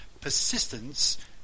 persistence